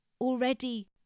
already